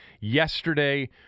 Yesterday